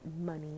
money